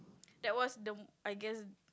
that was the mo~ I guess